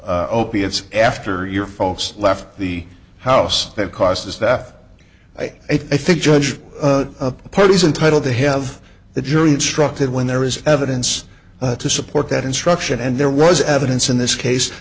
opiates after your folks left the house that caused this that i i think judge parties entitle to have the jury instructed when there is evidence to support that instruction and there was evidence in this case